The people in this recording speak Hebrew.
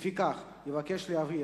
לפיכך אבקש להבהיר,